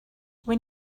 when